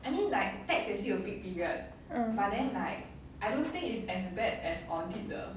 mm